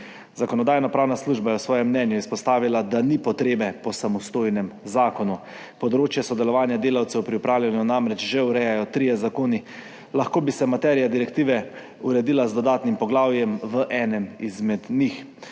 Zakonodajno-pravna služba je v svojem mnenju izpostavila, da ni potrebe po samostojnem zakonu. Področje sodelovanja delavcev pri upravljanju namreč že urejajo trije zakoni. Lahko bi se materija direktive uredila z dodatnim poglavjem v enem izmed njih.